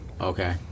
Okay